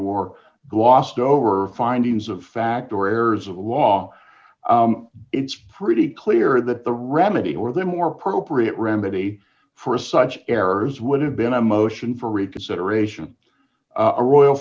war glossed over findings of fact or errors of law it's pretty clear that the remedy or the more appropriate remedy for such errors would have been a motion for reconsideration a royal